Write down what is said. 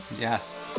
Yes